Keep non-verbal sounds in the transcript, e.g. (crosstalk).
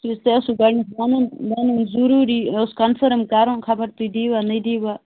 (unintelligible) تۄہہِ اوسُو گۄڈٕنٮ۪تھ وَنُن وَنُن ضٔروٗری مےٚ اوس کَنفٲرٕم کَرُن خبر تُہۍ دیٖوا نہ دیٖوا